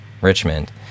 Richmond